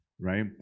right